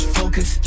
focus